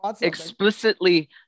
explicitly